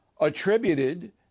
attributed